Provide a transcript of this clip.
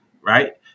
Right